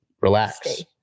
relax